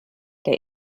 der